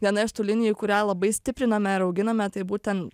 viena iš tų linijų kurią labai stipriname ir auginame tai būtent